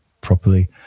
properly